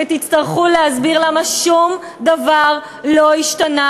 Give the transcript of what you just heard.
ותצטרכו להסביר למה שום דבר לא השתנה